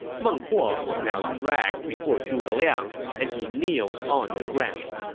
meng huo was now dragged before zhuge liang, and he kneeled on the ground.